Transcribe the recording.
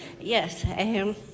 Yes